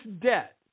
debt